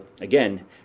again